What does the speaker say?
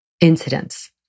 incidents